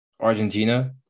Argentina